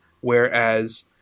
whereas